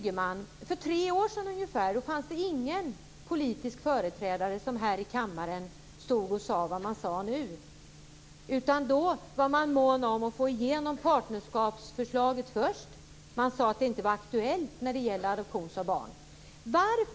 För tre år sedan fanns det ingen politisk företrädare som här i kammaren sade det som sägs här nu. Då var man mån om att först få igenom partnerskapsförslaget, och man sade att det inte var aktuellt med adoption av barn.